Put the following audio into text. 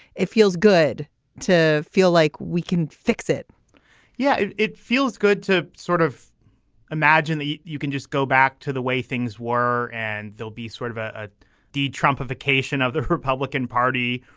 it feels good to feel like we can fix it yeah it it feels good to sort of imagine that you can just go back to the way things were. and they'll be sort of ah a d trump a vacation of the republican party.